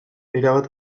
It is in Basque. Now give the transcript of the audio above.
erabat